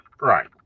Right